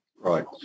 Right